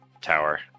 tower